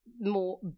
more